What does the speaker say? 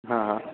હા